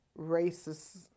racist